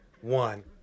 one